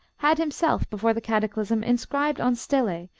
had himself, before the cataclysm, inscribed on stelae,